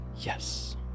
Yes